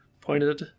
pointed